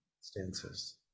stances